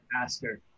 master